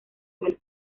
suelo